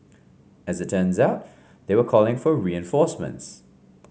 as it turns out they were calling for reinforcements